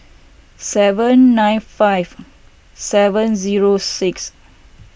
seven nine five seven zero six